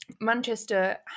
Manchester